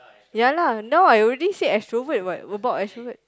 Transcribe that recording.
ya lah now I already say extrovert what what about extrovert